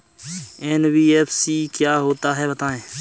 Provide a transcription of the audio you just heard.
NBFC क्या होता है बताएँ?